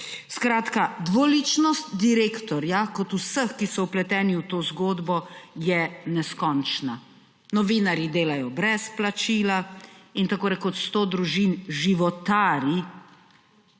Skratka, dvoličnost direktorja kot vseh, ki so vpleteni v to zgodbo, je neskončna. Novinarji delajo brez plačila in tako rekoč sto družin životari